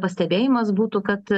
pastebėjimas būtų kad